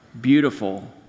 beautiful